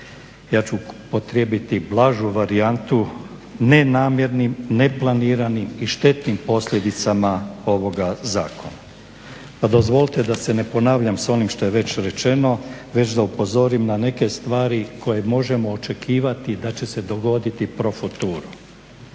ja ću upotrijebiti blažu varijantu nenamjernim, neplaniranim i štetnim posljedicama ovoga zakona. Pa dozvolite da se ne ponavljam s onime što je već rečeno već da upozorim na neke stvari koje možemo očekivati koje će se dogoditi pro futuro.